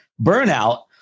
burnout